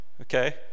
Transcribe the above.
okay